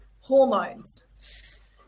hormones